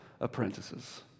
apprentices